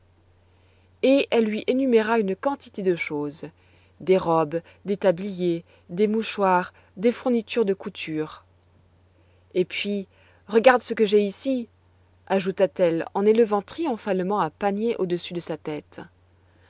et elle lui énuméra une quantité de choses des robes des tabliers des mouchoirs des fournitures de couture et puis regarde ce que j'ai ici ajouta-t-elle en élevant triomphalement un panier au-dessus de sa tête